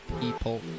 people